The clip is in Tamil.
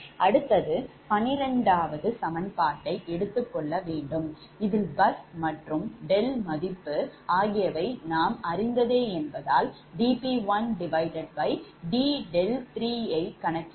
அடுத்தது பன்னிரண்டாவது சமன்பாட்டை எடுத்துக்கொள்ள வேண்டும் இதில் bus மற்றும் 𝛿 மதிப்பு நாம் அறிந்தவை என்பதால் 𝑑𝑃1𝑑𝛿3 ஐ கணக்கிட முடியும்